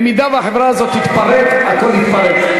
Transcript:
אם החברה הזאת תתפרק, הכול יתפרק.